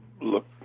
look